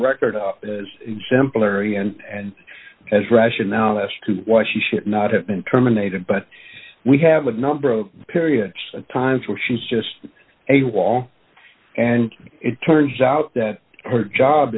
record of as simpler and as rationale as to why she should not have been terminated but we have a number of periods of times where she's just a wall and it turns out that her job